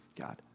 God